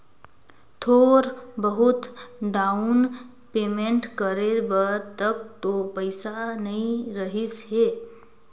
थोर बहुत down payment करे बर तक तो पइसा नइ रहीस हे